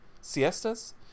siestas